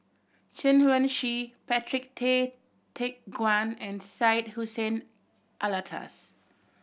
Chen Wen Hsi Patrick Tay Teck Guan and Syed Hussein Alatas